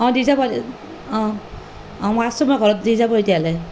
অঁ দি যাব অঁ অঁ মই আছোঁ মই ঘৰত দি যাব তেতিয়াহ'লে